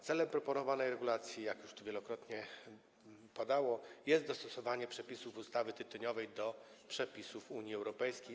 Celem proponowanej regulacji, jak tu już wielokrotnie padało, jest dostosowanie przepisów ustawy tytoniowej do przepisów Unii Europejskiej.